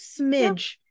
smidge